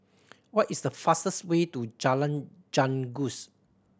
what is the fastest way to Jalan Janggus